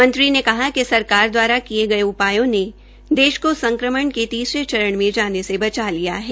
मंत्री ने कहा कि सरकार द्वारा किये गये उपायों ने देश को संक्रमण के तीसरे चरण में जाने से बचा लिया है